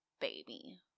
baby